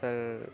sir